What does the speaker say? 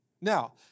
Now